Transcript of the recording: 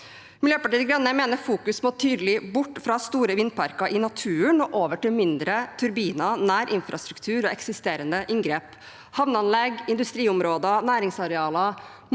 Miljøpartiet De Grønne mener fokuset må bort fra store vindparker i naturen og over til mindre turbiner nær infrastruktur og eksisterende inngrep. Havneanlegg, industriområder, næringsarealer